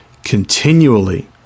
continually